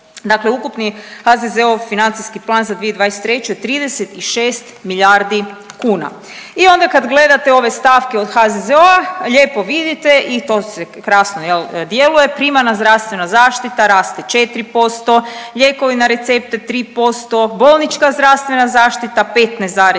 Dakle, HZZO-ov financijski plan za 2023. je 36 milijardi kuna. I onda kad gledate ove stavke od HZZO-a lijepo vidite i to se krasno jel djeluje, primarna zdravstvena zaštita raste 4%, lijekovi na recepte 3%, bolnička zdravstvena zaštita 15,3%,